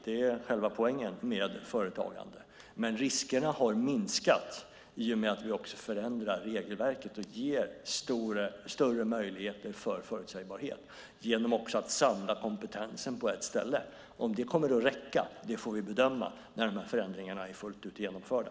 Det är själva poängen med företag, men riskerna har minskat i och med att vi också förändrar regelverket och ger större möjligheter till förutsägbarhet genom att samla kompetensen på ett ställe. Om det kommer att räcka får vi bedöma när förändringarna är fullt ut genomförda.